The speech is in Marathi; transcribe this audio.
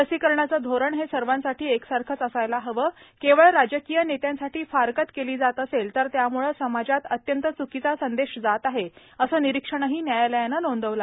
लसीकरणाचं धोरण हे सर्वांसाठी एकसारखंच असायला हवं केवळ राजकीय नेत्यांसाठी फारकत केली जात असेल तर त्यामुळे समाजात अत्यंत चुकीचा संदेश जात आहे असं निरीक्षणही न्यायालयानं नोंदवलं